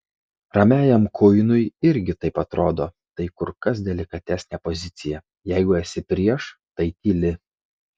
ramiajam kuinui irgi taip atrodo tai kur kas delikatesnė pozicija jeigu esi prieš tai tyli